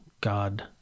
God